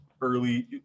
early